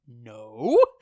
no